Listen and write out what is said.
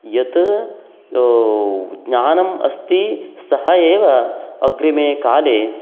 यत् ज्ञानम् अस्ति सः एव अग्रिमे काले